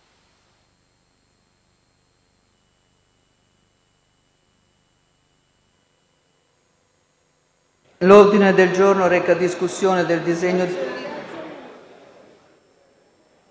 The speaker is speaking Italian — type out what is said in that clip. L'ordine del giorno reca la discussione del disegno